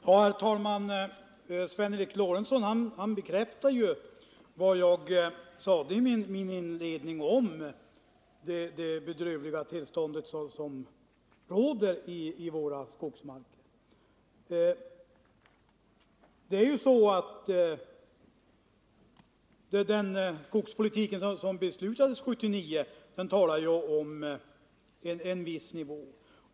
Herr talman! Sven Eric Lorentzon bekräftar vad jag sade i mitt inledningsanförande om det bedrövliga tillstånd som råder i våra skogsmarker. I det beslut om skogspolitiken som fattades 1979 talades det om en viss nivå.